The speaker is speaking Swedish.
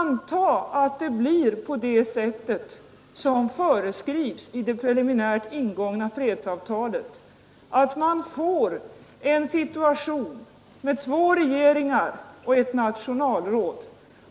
Anta att det blir som det föreskrivs i det preliminärt ingångna fredsavtalet, att man får en situation med ett nationalråd och två regeringar,